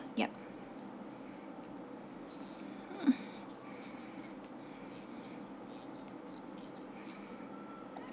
yup